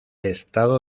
estado